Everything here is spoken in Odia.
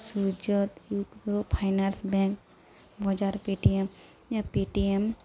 ସୁର୍ଯୋଦୟ ମାଇକ୍ରୋ ଫାଇନାନ୍ସ ବ୍ୟାଙ୍କ ବଜାର ପେଟିଏମ ପେଟିଏମ